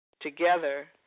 together